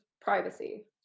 privacy